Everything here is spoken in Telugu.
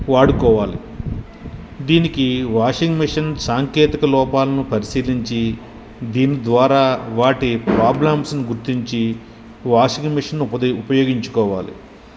వాడుకోవాలి దీనికి వాషింగ్ మిషన్ సాంకేతిక లోపాలను పరిశీలించి దీని ద్వారా వాటి ప్రాబ్లమ్స్ని గుర్తించి వాషింగు మిషన్ను ఉపయోగించుకోవాలి